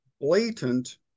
blatant